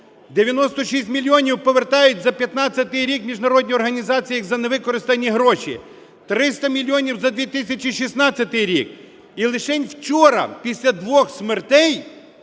96 мільйонів повертають за 15-й рік міжнародній організації як за невикористані гроші, 300 мільйонів – за 2016 рік. І лишень вчора, після двох смертей,